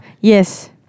Yes